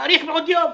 נאריך בעוד יום.